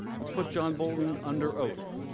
let's put john bolton under oath.